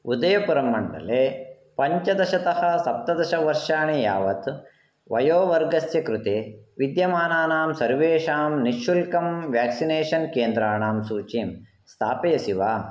उदयपुरमण्डले पञ्चदशतः सप्त दशवर्षाणि यावत् वयोवर्गस्य कृते विद्यमानानां सर्वेषां निःशुल्कं वेक्सिनेषन् केन्द्राणां सूचीं स्थापयसि वा